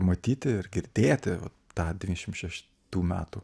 matyti ir girdėti va tą devyniasdešimt šeštų metų